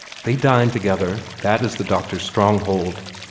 they dine together that is the doctor's stronghold.